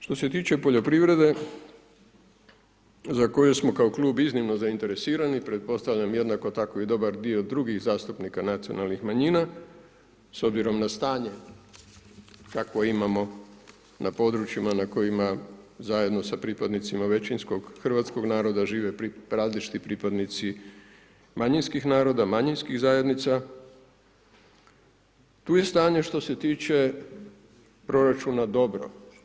Što se tiče poljoprivrede za koju smo kao klub iznimno zainteresirani, pretpostavljam jednako tako i dobar dio drugih zastupnika nacionalnih manjina s obzirom na stanje čak koje imamo na područjima na kojima zajedno sa pripadnicima većinskog hrvatskog naroda žive različiti pripadnici manjinskih naroda, manjinskih zajednica tu je stanje što se tiče proračuna dobro.